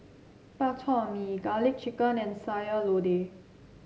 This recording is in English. Bak Chor Mee garlic chicken and Sayur Lodeh